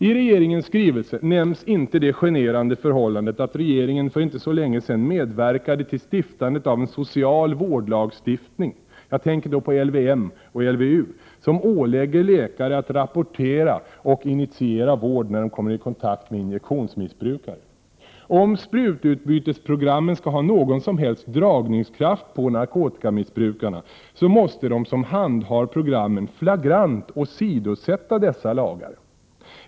I regeringens skrivelse nämns inte det generande förhållandet att regeringen för inte så länge sedan medverkade till stiftandet av en social vårdlagstiftning, jag tänker då på LVM och LVU, som ålägger läkare att rapportera och initiera vård när de kommer i kontakt med injektionsmissbrukare. Om sprututbytesprogrammen skall ha någon som helst dragningskraft på narkotikamissbrukarna måste de som handhar programmen flagrant åsidosätta dessa lagar.